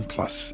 Plus